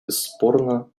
бесспорно